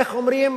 איך אומרים?